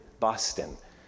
Boston